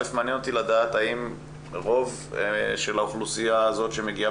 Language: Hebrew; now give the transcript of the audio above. מעניין אותי לדעת האם רוב של האוכלוסייה הזאת שמעסיקה